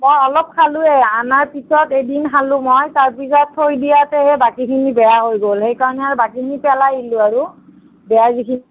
মই অলপ খালোঁৱে অনাৰ পিছত এদিন খালোঁ মই তাৰ পিছত থৈ দিয়াতেহে বাকীখিনি বেয়া হৈ গ'ল সেইকাৰণে আৰু বাকীখিনি পেলাই দিলোঁ আৰু বেয়া যিখিনি